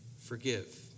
forgive